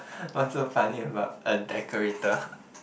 what's so funny about a decorator